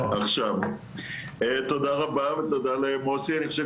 תודה רבה ותודה למוסי, אני חושב